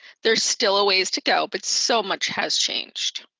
there's still a ways to go, but so much has changed.